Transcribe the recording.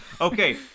Okay